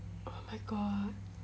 oh my god